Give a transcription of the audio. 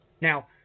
Now